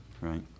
Right